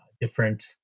different